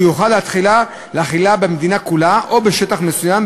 והוא יוכל להחילה במדינה כולה או בשטח מסוים.